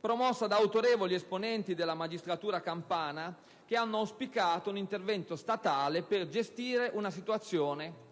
perfino da autorevoli esponenti della magistratura campana, che hanno auspicato un intervento statale per gestire una situazione